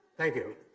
thank you.